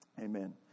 Amen